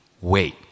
Wait